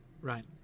right